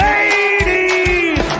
Ladies